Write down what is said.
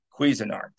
Cuisinart